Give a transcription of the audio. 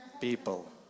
people